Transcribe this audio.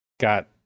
got